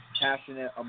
passionate